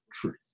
truth